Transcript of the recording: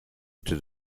into